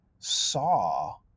saw